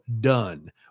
done